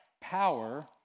power